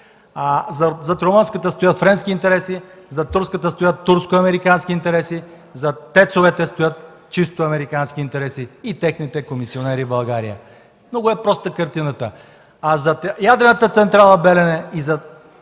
Зад румънската стоят френски интереси, зад турската стоят турско-американски интереси, зад ТЕЦ-овете стоят чисто американски интереси и техните комисионери в България! Много е проста картината. Зад ядрената централа „Белене” и зад ядреното